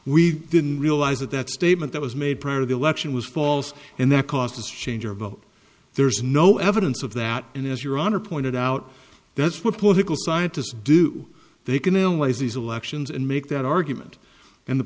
we didn't realize that that statement that was made prior to the election was false and that caused this change our vote there's no evidence of that and as your honor pointed out that's what political scientists do they can analyze these elections and make that argument and the